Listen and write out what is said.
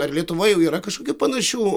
ar lietuvoj jau yra kažkokių panašių